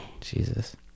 Jesus